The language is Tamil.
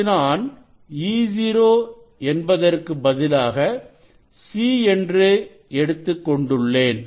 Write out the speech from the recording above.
இங்கு நான்E0 என்பதற்கு பதிலாக C என்று எடுத்துக் கொண்டுள்ளேன்